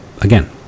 again